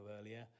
earlier